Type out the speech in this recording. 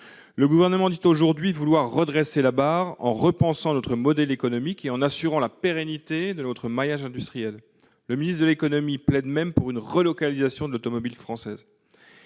Le Gouvernement dit aujourd'hui vouloir redresser la barre en repensant notre modèle économique et en assurant la pérennité de notre maillage industriel. Le ministre de l'économie et des finances plaide même pour une relocalisation de l'industrie automobile française.